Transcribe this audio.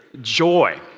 joy